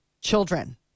children